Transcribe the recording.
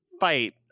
fight